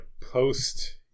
post